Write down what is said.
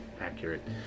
accurate